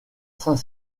saint